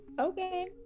Okay